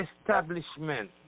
establishment